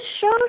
show